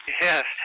Yes